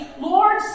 Lord